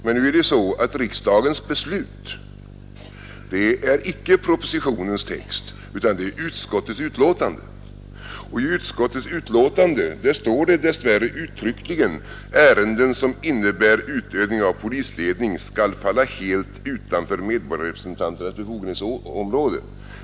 Men nu är det så att riksdagens beslut icke är propositionens text, utan det är utskottets betänkande, och i utskottets betänkande står dess värre uttryckligen att ärenden som innebär utövning av polisledning skall falla helt utanför medborgarrepresentanternas befogenhetsområde.